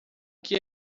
que